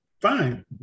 Fine